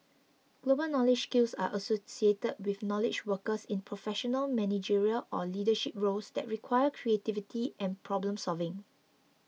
global knowledge skills are associated with knowledge workers in professional managerial or leadership roles that require creativity and problem solving